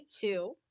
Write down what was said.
two